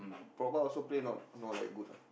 Proba also play not not like good ah